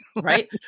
right